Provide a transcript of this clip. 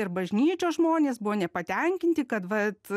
ir bažnyčios žmonės buvo nepatenkinti kad vat